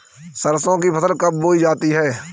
सरसों की फसल कब बोई जाती है?